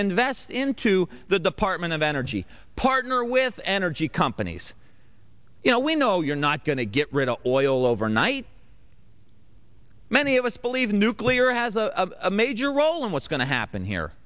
invest into the department of energy partner with energy companies you know we know you're not going to get rid of oil overnight many of us believe nuclear has a major role in what's going to happen here